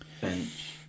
Bench